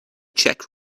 czech